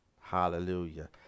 Hallelujah